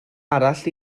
arall